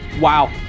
Wow